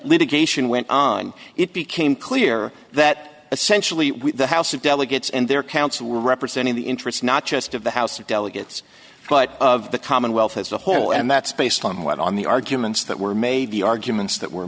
litigation went on it became clear that essentially the house of delegates and their counsel representing the interests not just of the house of delegates but of the commonwealth has a whole and that's based on one on the arguments that were made the arguments that were